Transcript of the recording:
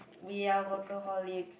we are workaholics